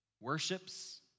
worships